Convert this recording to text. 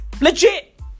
legit